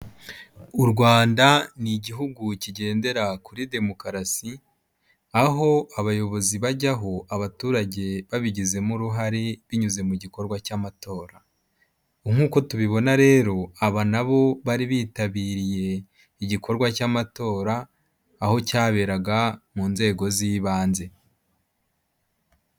U Rwanda ni igihugu kigendera kuri demokarasi aho abayobozi bajyaho abaturage babigizemo uruhare binyuze mu gikorwa cy'amatora nkuko tubibona rero aba nabo bari bitabiriye igikorwa cy'amatora aho cyaberaga mu nzego z'ibanze.